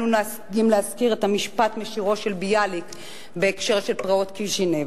אנו נוהגים להזכיר את המשפט משירו של ביאליק בהקשר של פרעות קישינב: